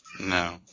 no